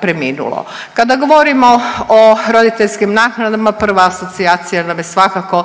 preminulo. Kada govorimo o roditeljskim naknadama prva asocijacija nam je da